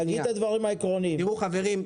חברים,